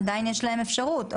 עדיין יש להם אפשרות,